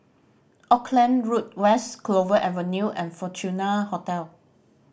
Auckland Road West Clover Avenue and Fortuna Hotel